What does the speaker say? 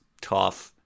Tough